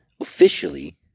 officially